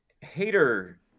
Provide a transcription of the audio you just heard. hater